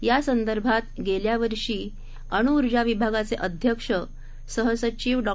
या संदर्भात गेल्या वर्षी महिन्यात अण् ऊर्जा विभागाचे अध्यक्ष सहसचिव डॉ